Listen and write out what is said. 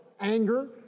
anger